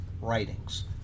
writings